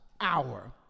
hour